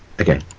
Okay